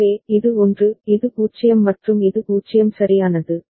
எனவே இது 1 இது 0 மற்றும் இது 0 சரியானது